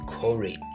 courage